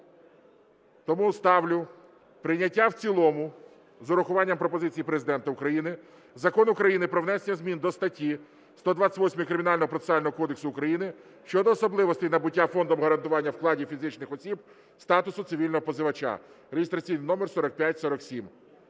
Тому ставлю прийняття в цілому з урахуванням пропозицій Президента України Закон України "Про внесення зміни до статті 128 Кримінального процесуального кодексу України щодо особливостей набуття Фондом гарантування вкладів фізичних осіб статусу цивільного позивача" (реєстраційний номер 4547).